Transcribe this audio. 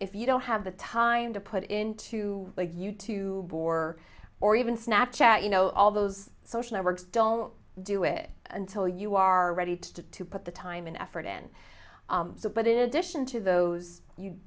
if you don't have the time to put into it you to war or even snap chat you know all those social networks don't do it until you are ready to to put the time and effort in so but in addition to those you